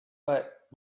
but